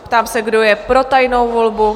Ptám se, kdo je pro tajnou volbu?